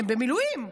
הם במילואים,